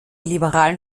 liberalen